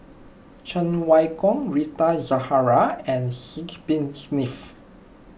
Cheng Wai Keung Rita Zahara and Sidek Bin Saniff